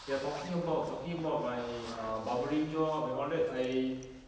they're talking about talking about my uh barbering job and all that I